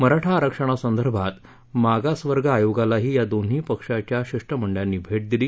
मराठा आरक्षणासर्व्धीत मागासवर्ग आयोगालाही या दोन्ही पक्षाच्या शिष्टमध्रिकाती भेञ दिली